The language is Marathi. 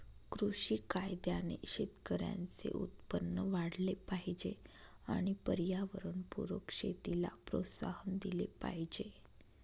कृषी कायद्याने शेतकऱ्यांचे उत्पन्न वाढले पाहिजे आणि पर्यावरणपूरक शेतीला प्रोत्साहन दिले पाहिजे